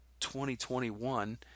2021